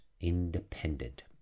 independent